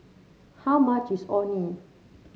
how much is Orh Nee